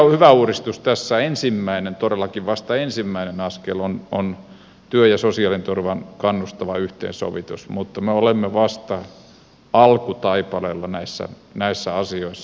hyvä uudistus tässä ensimmäinen todellakin vasta ensimmäinen askel on työ ja sosiaaliturvan kannustava yhteensovitus mutta me olemme vasta alkutaipaleella näissä asioissa